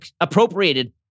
appropriated